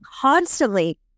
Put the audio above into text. constantly